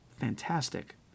fantastic